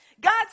God